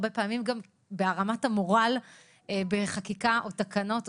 הרבה פעמים גם בהרמת המורל בחקיקה או בתקנות,